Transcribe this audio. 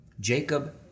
Jacob